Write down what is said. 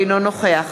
אינו נוכח